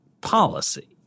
policy